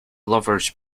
lover’s